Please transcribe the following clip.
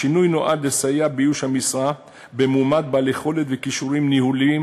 השינוי נועד לסייע באיוש המשרה במועמד בעל יכולת וכישורים ניהוליים,